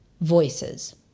voices